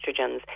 estrogens